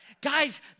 Guys